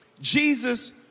Jesus